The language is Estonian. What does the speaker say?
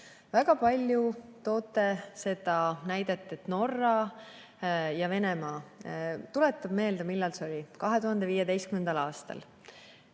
Väga palju toote seda näidet, et Norra ja Venemaa. Tuletame meelde, millal see oli: 2015. aastal.